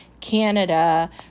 Canada